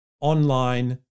online